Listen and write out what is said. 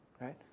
right